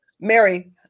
Mary